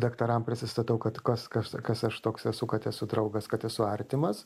daktaram prisistatau kad kas kas kas aš toks esu kad esu draugas kad esu artimas